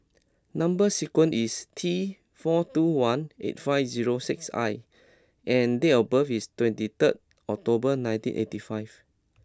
number sequence is T four two one eight five zero six I and date of birth is twenty third October nineteen eighty five